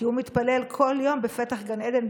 כי הוא מתפלל כל יום בפתח גן עדן,